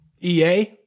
EA